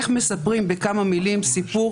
איך מספרים בכמה מילים סיפור,